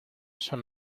son